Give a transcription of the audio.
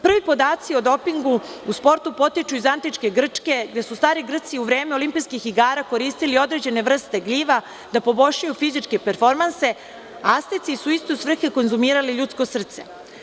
Prvi podaci o dopingu u sportu potiču iz antičke Grčke, gde su stari Grci u vreme olimpijskih igara koristili određene vrste gljiva da poboljšaju fizičke performanse, a Asteci su u iste u svrhe konzumirali ljudsko srce.